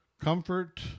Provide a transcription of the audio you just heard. comfort